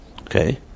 okay